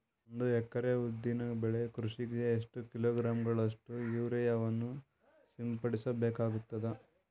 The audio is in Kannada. ಒಂದು ಎಕರೆ ಉದ್ದಿನ ಬೆಳೆ ಕೃಷಿಗೆ ಎಷ್ಟು ಕಿಲೋಗ್ರಾಂ ಗಳಷ್ಟು ಯೂರಿಯಾವನ್ನು ಸಿಂಪಡಸ ಬೇಕಾಗತದಾ?